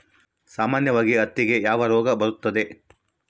ಸಾಮಾನ್ಯವಾಗಿ ಹತ್ತಿಗೆ ಯಾವ ರೋಗ ಬರುತ್ತದೆ?